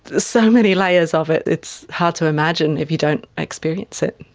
so many layers of it it's hard to imagine, if you don't experience it.